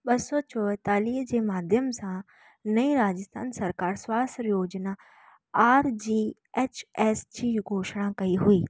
ॿ सौ चोहतालीह जे माध्यम सां नईं राजस्थान सरकारु स्वास्थ्य योजना आर जी एच एस जी घोषणा कई हुई